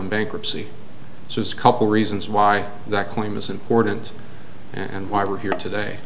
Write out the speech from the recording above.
in bankruptcy so it's couple reasons why that claim is important and why we're here today